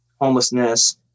homelessness